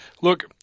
Look